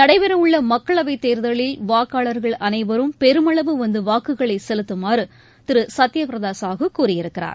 நடைபெறவுள்ளமக்களவைத் தேர்தலில் வாக்காளர்கள் பெருமளவு அனைவரும் வந்துவாக்குகளைசெலுத்துமாறுதிருசத்யபிரதாசாஹூ கூறியிருக்கிறார்